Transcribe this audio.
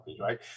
Right